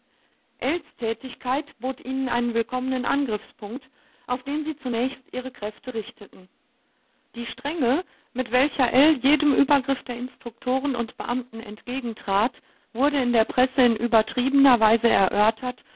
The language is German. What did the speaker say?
tätigkeit bot ihnen einen willkommenen angriffspunkt auf den sie zunächst ihre kräfte richteten die strenge mit welcher ell jedem übergriff der instruktoren und beamten entgegentrat wurde in der presse in übertriebener weise erörtert